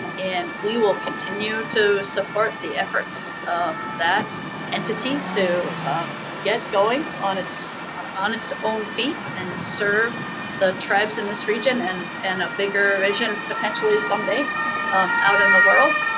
and we will continue to support the efforts of that entity to get going on its on its own feet and serve the tribes in this region and and a bigger vision potentially someday out in the world.